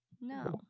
No